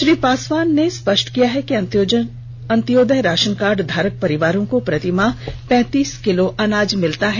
श्री पासवान ने स्पष्ट किया है कि अंत्योदय राषनकार्ड धारक परिवारों को प्रतिमाह पैंतीस किलो अनाज मिलता है